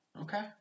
Okay